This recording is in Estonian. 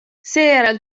seejärel